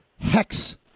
Hex